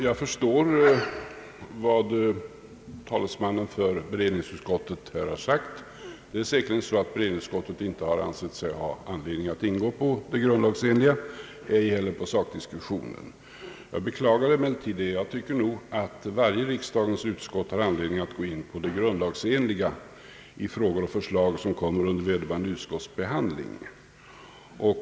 Herr talman! Av vad talesmannen för allmänna beredningsutskottet har sagt förstår jag att utskottet inte ansett sig ha anledning att ingå på det grundlagsenliga och ej heller på en sakdiskussion. Jag beklagar detta. Jag tycker nog att varje riksdagens utskott har anledning att gå in på det grundlagsenliga i frå gor som kommer under vederbörande utskotts behandling.